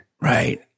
right